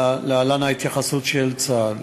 להלן ההתייחסות של צה"ל: